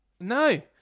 No